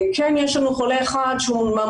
כן יש לנו חולה אחד מהמונשמים,